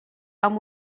amb